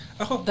ako